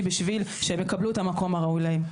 בשביל שהם יקבלו את המקום הראוי להם.